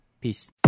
peace